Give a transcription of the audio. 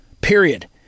period